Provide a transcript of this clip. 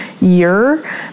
year